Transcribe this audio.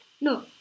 No